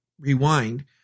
rewind